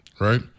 right